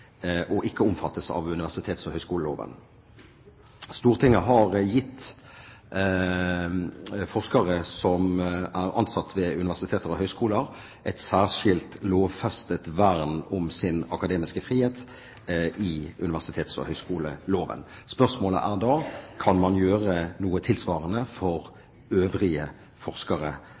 og ikke omfattes av universitets- og høyskoleloven. Stortinget har gitt forskere som er ansatt ved universiteter og høyskoler, et særskilt lovfestet vern om sin akademiske frihet i universitets- og høyskoleloven. Spørsmålet er da: Kan man gjøre noe tilsvarende for øvrige forskere